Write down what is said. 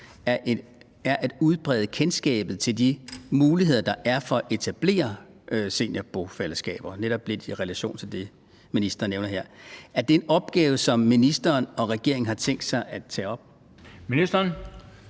er at udbrede kendskabet til de muligheder, der er, for at etablere seniorbofællesskaber. Det er netop lidt i relation til det, ministeren nævner her. Er det en opgave, som ministeren og regeringen har tænkt sig at tage op? Kl.